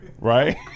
right